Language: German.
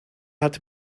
hat